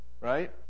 right